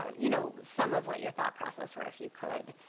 ah you know some of what you're thought process were if you could.